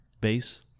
base